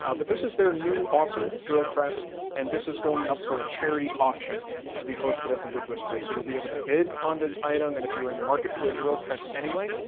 ah but this is their new awesome drill press and this is going up for a charity auction to be hosted at the wood whisperer. so you'll be able to bid on this item and if you're in the market for a drill press anyway,